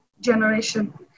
generation